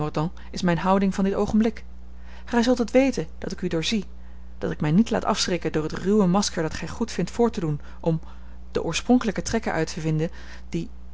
is mijne houding van dit oogenblik gij zult het weten dat ik u doorzie dat ik mij niet laat afschrikken door het ruwe masker dat gij goedvindt voor te doen om de oorspronkelijke trekken uit te vinden die